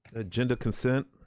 agenda consent.